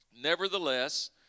Nevertheless